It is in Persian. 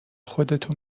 خودتون